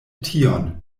tion